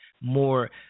more